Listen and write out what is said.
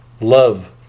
love